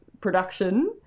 production